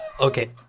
Okay